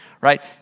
Right